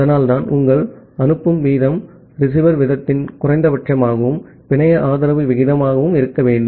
அதனால்தான் உங்கள் அனுப்பும் வீதம் ரிசீவர் வீதத்தின் குறைந்தபட்சமாகவும் பிணைய ஆதரவு விகிதமாகவும் இருக்க வேண்டும்